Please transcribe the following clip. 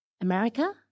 America